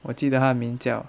我记得他名叫